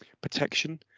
protection